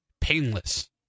Painless